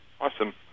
Awesome